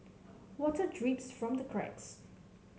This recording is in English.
water drips from the cracks